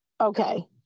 Okay